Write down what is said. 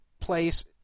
place